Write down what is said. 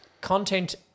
content